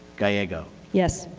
gallego yes.